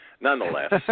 nonetheless